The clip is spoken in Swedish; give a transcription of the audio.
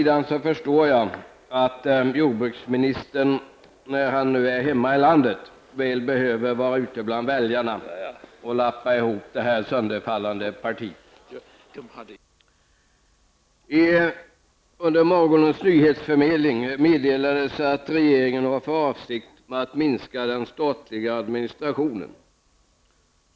Däremot förstår jag att jordbruksministern när han nu är hemma i landet väl behöver vara ute bland väljarna och lappa ihop det sönderfallande partiet. Under morgonens nyhetsförmedling meddelades att regeringen har för avsikt att minska den statliga administrationen.